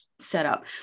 setup